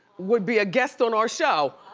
would be a guest on our show,